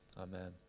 amen